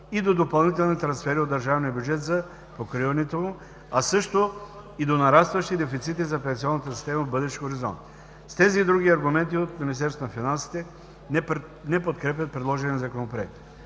и до допълнителни трансфери от държавния бюджет за покриването му, а също и до нарастващи дефицити за пенсионната система в бъдещ хоризонт. С тези и други аргументи от Министерството на финансите не подкрепят предложения Законопроект.